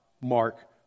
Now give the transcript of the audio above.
mark